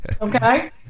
Okay